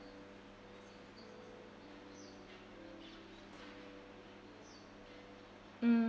mm